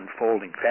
unfolding